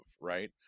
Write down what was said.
right